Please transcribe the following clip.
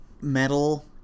metal